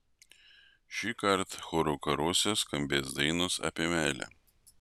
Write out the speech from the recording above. šįkart chorų karuose skambės dainos apie meilę